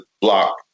block